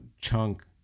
Chunk